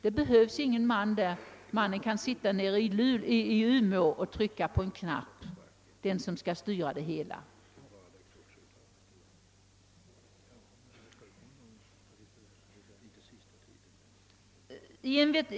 Det behövs ingen personal på platsen för att sköta kraftverket, utan det räcker att det sitter en man i Umeå och trycker på en knapp.